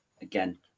again